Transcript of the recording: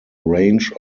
range